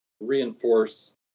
reinforce